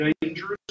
dangerous